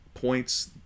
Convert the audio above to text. points